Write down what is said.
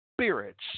spirits